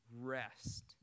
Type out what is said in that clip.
rest